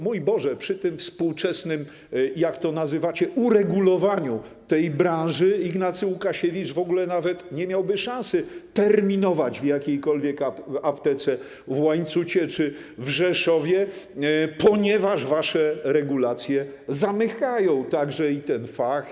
Mój Boże, przy współczesnym, jak to nazywacie, uregulowaniu tej branży Ignacy Łukasiewicz w ogóle nawet nie miałby szansy terminować w jakiejkolwiek aptece w Łańcucie czy w Rzeszowie, ponieważ wasze regulacje zamykają także i ten fach.